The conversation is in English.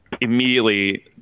immediately